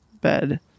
bed